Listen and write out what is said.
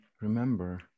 remember